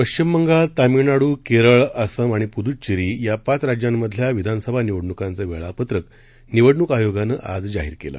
पश्विम बंगाल तामिळनाडू केरळ असम आणि पुद्च्चेरी या पाच राज्यामधल्या विधानसभा निवडणुकांच वेळापत्रक निवडणूक आयोगानं आज जाहीर केलं